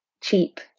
cheap